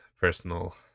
personal